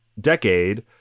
decade